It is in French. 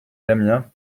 damiens